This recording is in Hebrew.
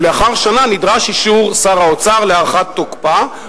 לאחר שנה נדרש אישור שר האוצר להארכת תוקפה,